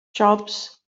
jobs